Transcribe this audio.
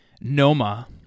Noma